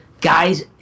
guys